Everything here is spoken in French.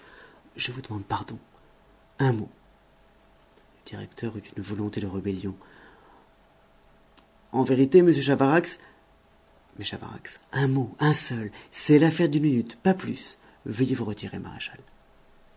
je vous demande pardon un mot le directeur eut une volonté de rébellion en vérité monsieur chavarax mais chavarax un mot un seul c'est l'affaire d'une minute pas plus veuillez vous retirer maréchal